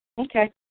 Okay